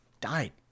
died